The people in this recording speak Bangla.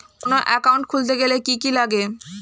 কোন একাউন্ট খুলতে গেলে কি কি লাগে?